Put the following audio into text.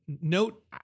Note